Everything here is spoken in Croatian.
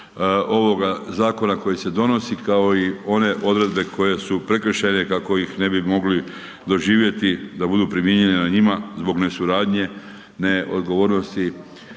ovoga zakona koji se donosi kao i one odredbe koje su prekršajne kako ih ne bi mogli doživjeti da budu primijenjene na njima zbog nesuradnje, neodgovornosti.